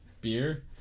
beer